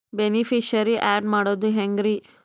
Beneficiary, add ಮಾಡೋದು ಹೆಂಗ್ರಿ?